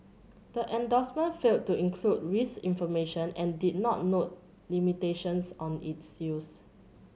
the endorsement failed to include risk information and did not note limitations on its use